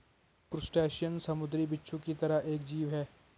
crustacean समुंद्री बिच्छू की तरह एक जीव है